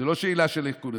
זו לא שאלה של עדכון.